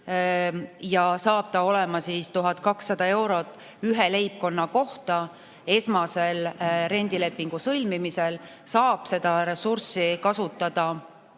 see saab olema 1200 eurot ühe leibkonna kohta. Esmasel rendilepingu sõlmimisel saab seda ressurssi kasutada